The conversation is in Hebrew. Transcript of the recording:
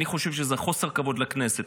אני חושב שזה חוסר כבוד לכנסת.